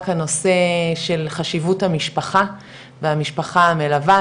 הנושא של חשיבות המשפחה והמשפחה מלווה,